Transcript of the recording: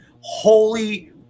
holy